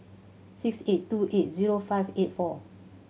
six eight two eight zero five eight four